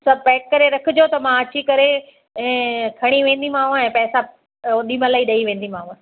सभु पैक करे रखिजो त मां अची करे ऐं खणी वेंदीमाव ऐं पैसा ओॾीमहिल ई ॾई वेंदीमाव